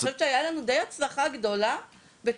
אני חושבת שהיתה לנו הצלחה די גדולה בתוכנית